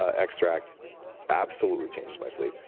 extract absolutely changes my sleep.